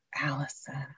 Allison